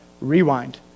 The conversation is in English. Rewind